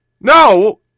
No